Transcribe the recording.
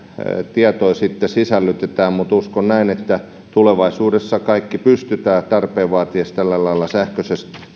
tietoa sitten sisällytetään mutta uskon näin että tulevaisuudessa kaikki pystytään tarpeen vaatiessa tällä lailla sähköisesti